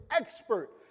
expert